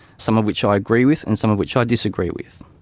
some of which i agree with and some of which i disagree with.